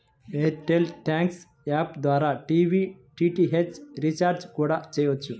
air tell thanks app ద్వారా TV DTH recharge కూడా చెయ్యొచ్చు